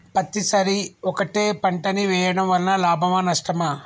పత్తి సరి ఒకటే పంట ని వేయడం వలన లాభమా నష్టమా?